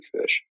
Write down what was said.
fish